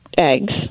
eggs